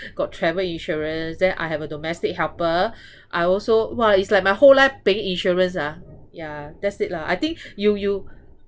got travel insurance then I have a domestic helper I also !wah! it's like my whole life paying insurance ah yeah that's it lah I think you you